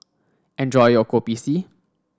enjoy your Kopi C